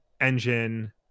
engine